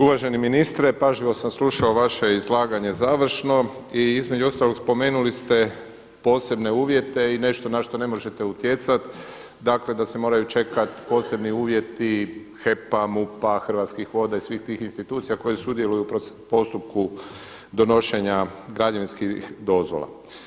Uvaženi ministre, pažljivo sam slušao vaše izlaganje završno i između ostalog spomenuli ste posebne uvjete i nešto na što ne možete utjecati, dakle da se moraju čekati posebni uvjeti HEP-a, MUP-a, Hrvatskih voda i svih tih hrvatskih institucija koje sudjeluju u postupku donošenja građevinskih dozvola.